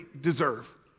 deserve